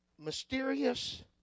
Mysterious